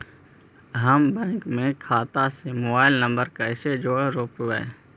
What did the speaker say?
हम बैंक में खाता से मोबाईल नंबर कैसे जोड़ रोपबै?